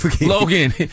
Logan